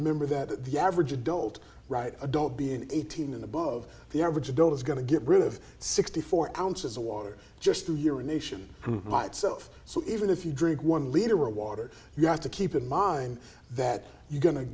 remember that the average adult right adult being eighteen and above the average adult is going to get rid of sixty four ounces of water just to your nation myself so even if you drink one liter water you have to keep in mind that you're going to